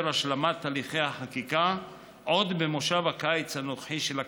השלמת הליכי החקיקה עוד במושב הקיץ הנוכחי של הכנסת,